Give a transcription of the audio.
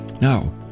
Now